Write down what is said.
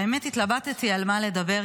האמת היא שהתלבטתי על מה לדבר,